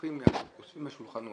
שאוספים מהשולחנות.